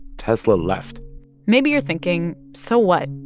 tesla left maybe you're thinking, so what?